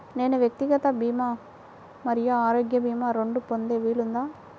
నేను వ్యక్తిగత భీమా మరియు ఆరోగ్య భీమా రెండు పొందే వీలుందా?